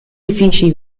edifici